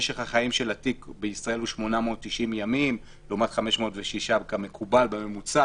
משך החיים של התיק בישראל הוא 890 ימים לעומת 506 כמקובל בממוצע,